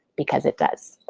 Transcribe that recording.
because it does.